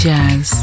Jazz